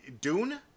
*Dune*